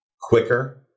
quicker